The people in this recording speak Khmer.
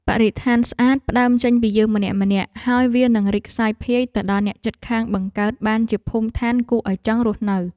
បរិស្ថានស្អាតផ្តើមចេញពីយើងម្នាក់ៗ ហើយវានឹងរីកសាយភាយទៅដល់អ្នកជិតខាងបង្កើតបានជាភូមិឋានគួរឱ្យចង់រស់នៅ។